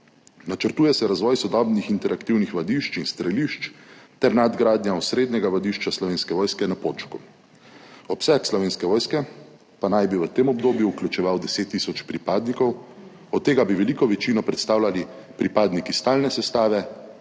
Načrtuje se razvoj sodobnih interaktivnih vadišč in strelišč ter nadgradnja osrednjega vadišča Slovenske vojske na Počku. Obseg Slovenske vojske pa naj bi v tem obdobju vključeval 10 tisoč pripadnikov, od tega bi veliko večino predstavljali pripadniki stalne sestave,